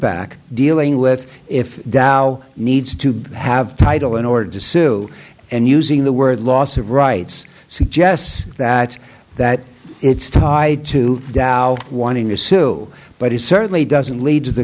back dealing with if tao needs to have a title in order to sue and using the word loss of rights suggests that that it's tied to tao one in your sue but it certainly doesn't lead to the